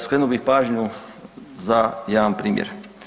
Skrenuo bih pažnju za jedan primjer.